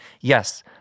Yes